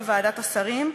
בוועדת השרים,